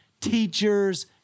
teachers